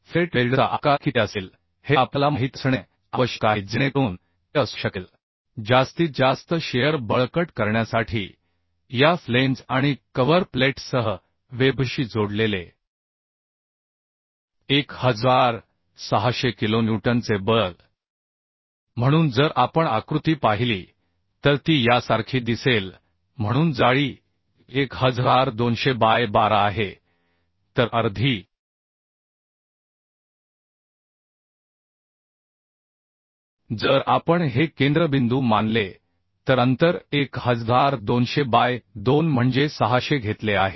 fillet वेल्डचा आकार किती असेल हे आपल्याला माहित असणे आवश्यक आहे जेणेकरून ते असू शकेल जास्तीत जास्त शिअर बळकट करण्यासाठी या फ्लेंज आणि कव्हर प्लेटसह वेबशी जोडलेले 1600 किलोन्यूटनचे बल म्हणून जर आपण आकृती पाहिली तर ती यासारखी दिसेल म्हणून जाळी 1200 बाय 12 आहे तर अर्धी जर आपण हे केंद्रबिंदू मानले तर अंतर 1200 बाय 2 म्हणजे 600 घेतले आहे